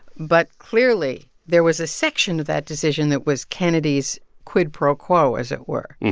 but clearly, there was a section that decision that was kennedy's quid pro quo, as it were.